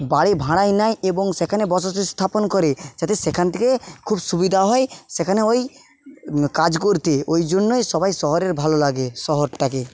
বাড়ি ভাড়ায় নেয় এবং সেখানে বসতি স্থাপন করে যাতে সেখান থেকে খুব সুবিধা হয় সেখানে ওই কাজ করতে ওই জন্যই সবাই শহরের ভালো লাগে শহরটাকে